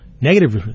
Negative